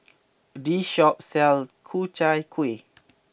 this shop sells Ku Chai Kuih